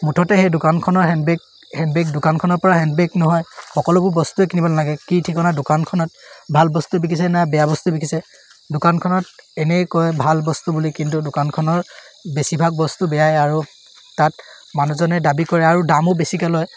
মুঠতে সেই দোকানখনৰ হেণ্ডবেগ হেণ্ডবেগ দোকানখনৰপৰা হেণ্ডবেগ নহয় সকলোবোৰ বস্তুৱে কিনিব নালাগে কি ঠিকনা দোকানখনত ভাল বস্তু বিকিছেনে নাই বেয়া বস্তু বিকিছে দোকানখনত এনেই কয় ভাল বস্তু বুলি কিন্তু দোকানখনৰ বেছিভাগ বস্তু বেয়াই আৰু তাত মানুহজনে দাবী কৰে আৰু দামো বেছিকৈ লয়